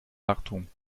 wartung